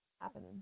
Happening